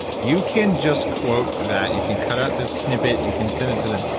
you can just quote that. you can cut out the snippet. you can send it to them.